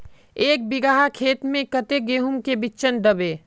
एक बिगहा खेत में कते गेहूम के बिचन दबे?